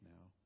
now